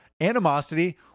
animosity